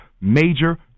major